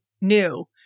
new